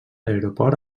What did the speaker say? aeroport